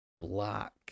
black